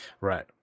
Right